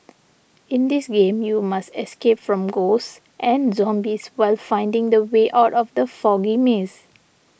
in this game you must escape from ghosts and zombies while finding the way out of the foggy maze